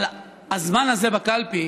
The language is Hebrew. אבל הזמן הזה בקלפי